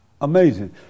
Amazing